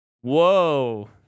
whoa